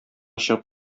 чыгып